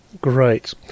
Great